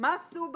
מה עשו בהן?